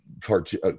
cartoon